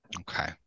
Okay